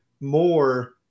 more